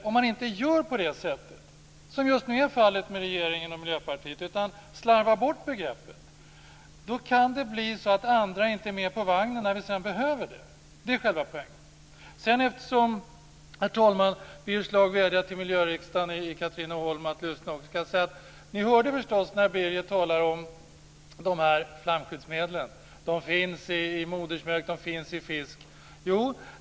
Om man inte gör på det sättet, som just nu är fallet med regeringen och Miljöpartiet, utan slarvar bort begreppet, kan det bli så att andra inte är med på vagnen när vi sedan behöver det. Det är själva poängen. Herr talman! Eftersom Birger Schlaug vädjar till miljöriksdagen i Katrineholm att lyssna kan jag säga att ni förstås hörde när han talade om flamskyddsmedlen. De finns i modersmjölk och de finns i fisk.